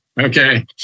Okay